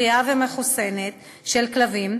בריאה ומחוסנת של כלבים,